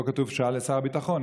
פה כתוב "שאלה לשר הביטחון",